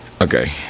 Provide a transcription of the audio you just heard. Okay